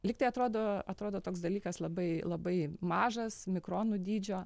lyg tai atrodo atrodo toks dalykas labai labai mažas mikronų dydžio